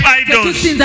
idols